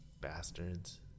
bastards